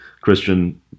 christian